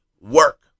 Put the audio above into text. work